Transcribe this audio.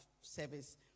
service